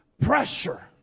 pressure